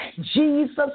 Jesus